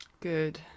Good